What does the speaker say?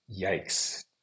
Yikes